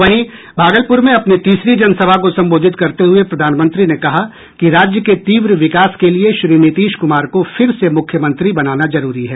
वहीं भागलपुर में अपनी तीसरी जनसभा को संबोधित करते हुए प्रधानमंत्री ने कहा कि राज्य के तीव्र विकास के लिए श्री नीतीश कुमार को फिर से मुख्यमंत्री बनाना जरूरी है